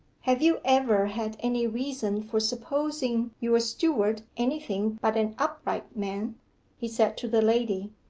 have you ever had any reason for supposing your steward anything but an upright man he said to the lady.